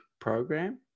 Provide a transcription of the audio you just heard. program